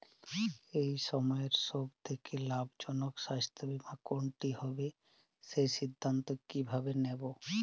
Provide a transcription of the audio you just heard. এই সময়ের সব থেকে লাভজনক স্বাস্থ্য বীমা কোনটি হবে সেই সিদ্ধান্ত কীভাবে নেব?